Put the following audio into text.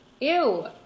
Ew